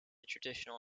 traditional